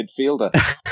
Midfielder